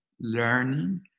learning